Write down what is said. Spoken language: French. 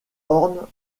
orne